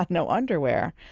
no underwear.